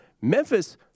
Memphis